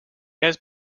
had